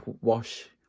wash